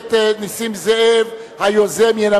הכנסת יריב לוין עברה בקריאה טרומית ותעבור